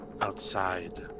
outside